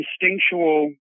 instinctual